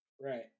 Right